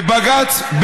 ובג"ץ,